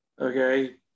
okay